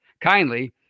kindly